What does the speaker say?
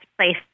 place